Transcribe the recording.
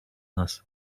nas